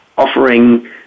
Offering